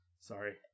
Sorry